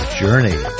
journey